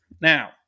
now